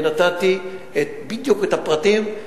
נתתי בדיוק את הפרטים,